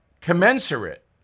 commensurate